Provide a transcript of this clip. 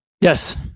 Yes